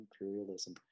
imperialism